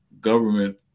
government